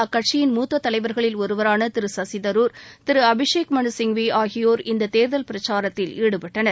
அக்கட்சியின் மூத்த தலைவர்களில் ஒருவரான திரு சசிதரூர் திரு அபிஷேக் மனுசிங்வி ஆகியோர் இந்த தேர்தல் பிரச்சாரத்தில் ஈடுபட்டனர்